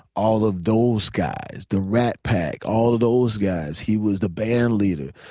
all of those guys, the rat pack, all of those guys he was the band leader.